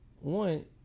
one